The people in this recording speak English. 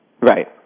right